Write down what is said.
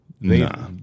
Nah